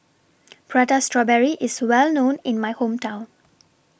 Prata Strawberry IS Well known in My Hometown